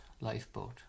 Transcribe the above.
lifeboat